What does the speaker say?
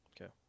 Okay